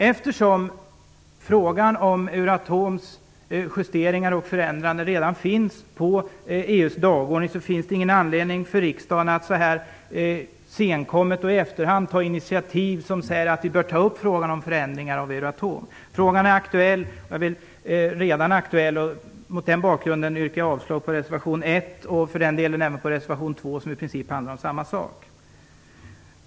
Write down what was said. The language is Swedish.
Eftersom frågan om Euratoms justeringar och förändring redan finns på EU:s dagordning finns det ingen anledning för riksdagen att så här senkommet och i efterhand ta initiativ som säger att vi bör ta upp frågan om förändringar av Euratom. Frågan är redan aktuell. Mot den bakgrunden yrkar jag avslag på reservation 1, och för den delen även på reservation 2, som i princip handlar om samma sak.